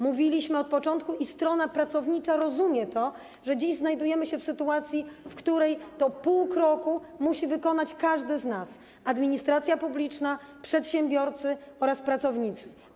Mówiliśmy od początku, i strona pracownicza rozumie to, że dziś znajdujemy się w sytuacji, w której te pół kroku musi wykonać każdy z nas: administracja publiczna, przedsiębiorcy oraz pracownicy.